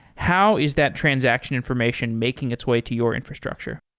how is that transaction information making its way to your infrastructure?